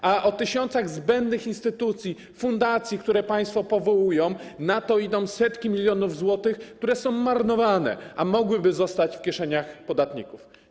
Na tysiące zbędnych instytucji, fundacji, które państwo powołują, idą setki milionów złotych, które są marnowane, a mogłyby zostać w kieszeniach podatników.